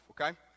okay